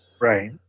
Right